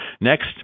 Next